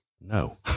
No